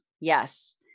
Yes